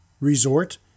resort